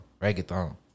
Reggaeton